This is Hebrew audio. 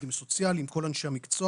עובדים סוציאליים וכל אנשי המקצוע